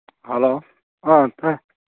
hello ꯑꯥ ꯇꯥꯏ